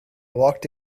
walked